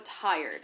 tired